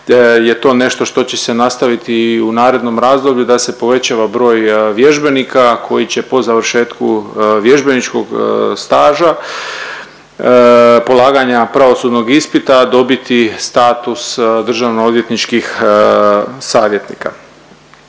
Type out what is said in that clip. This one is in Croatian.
je to nešto što će se nastaviti i u narednom razdoblju da se povećava broj vježbenika koji će po završetku vježbeničkog staža polaganja pravosudnog ispita dobiti status državno-odvjetničkih savjetnika.